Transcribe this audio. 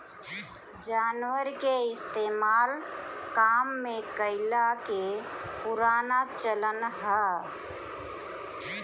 जानवर के इस्तेमाल काम में कइला के पुराना चलन हअ